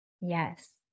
Yes